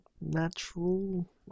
natural